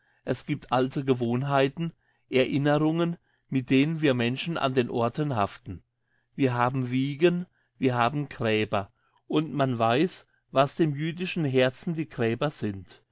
es gibt alte gewohnheiten erinnerungen mit denen wir menschen an den orten haften wir haben wiegen wir haben gräber und man weiss was dem jüdischen herzen die gräber sind